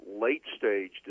late-stage